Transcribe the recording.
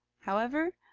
however,